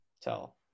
tell